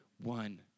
one